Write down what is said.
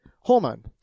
hormone